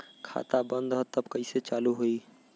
खाता बंद ह तब कईसे चालू होई?